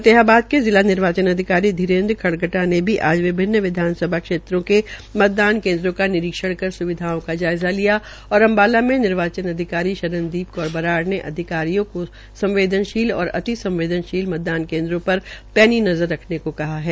फतेहाबाद के जिला निर्वाचन अधिकारी घीरेन्द्र खड़गटा ने भी आज विभिन्न विधानसभा क्षेत्रों के मतदान केन्द्रो का निरीक्षण कर स्विधाओं का जायजा लिया और अम्बाला मे निर्वाचन अधिकारी शरणदीप कौर बराड़ ने अधिकारियों को संवदेनशील और अति संवदेशनशील मतदान केन्द्रों पर पैनी नज़र रखने को कहा है